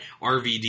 RVD